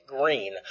green